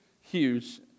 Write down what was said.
huge